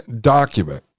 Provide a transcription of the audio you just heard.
document